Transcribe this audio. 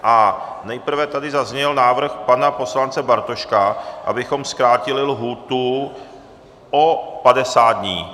A nejprve tady zazněl návrh pana poslance Bartoška, abychom zkrátili lhůtu o 50 dní.